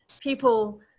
people